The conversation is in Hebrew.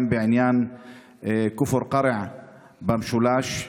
גם בעניין כפר קרע במשולש.